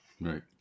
Right